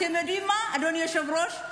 אתם יודעים מה, אדוני היושב-ראש?